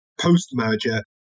post-merger